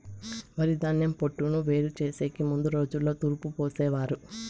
వరిధాన్యం పొట్టును వేరు చేసెకి ముందు రోజుల్లో తూర్పు పోసేవారు